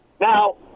Now